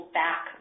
back